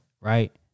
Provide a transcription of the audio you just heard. Right